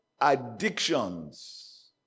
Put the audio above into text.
addictions